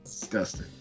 Disgusting